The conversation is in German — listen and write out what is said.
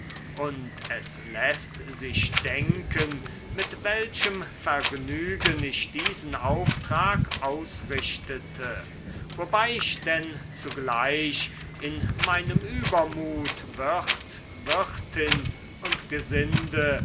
und es läßt sich denken mit welchem vergnügen ich diesen auftrag ausrichtete wobei ich denn zugleich in meinem übermut wirt wirtin und gesinde